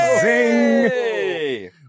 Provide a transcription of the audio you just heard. Zing